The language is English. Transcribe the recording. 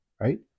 right